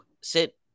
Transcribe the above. sit